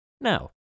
Now